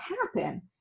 happen